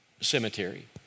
Cemetery